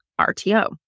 RTO